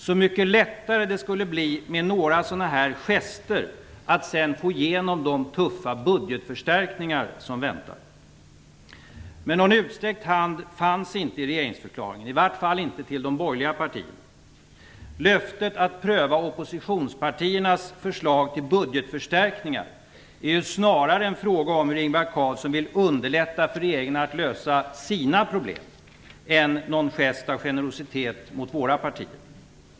Så mycket lättare det skulle bli med några sådana gester att sedan få igenom de tuffa budgetförstärkningar som väntar. Men någon utsträckt hand fanns inte i regeringsförklaringen, i varje fall inte till de borgerliga partierna. Löftet att pröva oppositionspartiernas förslag till budgetförstärkningar är snarare en fråga om hur Ingvar Carlsson vill underlätta för regeringen att lösa sina problem än någon gest av generositet mot våra partier.